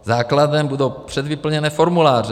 Základem budou předvyplněné formuláře.